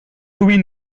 louis